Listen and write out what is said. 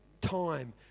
time